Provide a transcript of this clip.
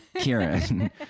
kieran